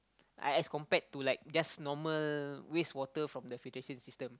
as compared to like just normal waste water from the filtration system